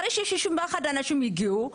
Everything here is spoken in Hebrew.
אחרי ש-61 אנשים הגיעו בדרך,